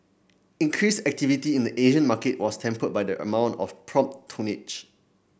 increased activity in the Asian market was tempered by the amount of prompt tonnage